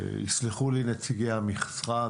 יסלחו לי נציגי המשרד,